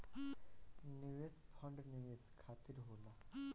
निवेश फंड निवेश खातिर होला